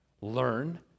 Learn